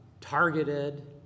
targeted